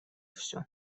всё